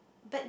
but